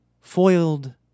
Foiled